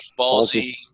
ballsy